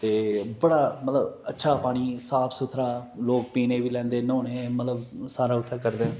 ते बड़ा मतलब अच्छा पानी साफ सुथरा लोक पीने गी बी लेंदे न्होने बी मतलब सारा उत्थै करदे न